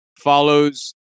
follows